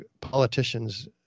politicians